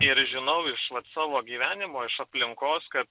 ir žinau iš vat savo gyvenimo iš aplinkos kad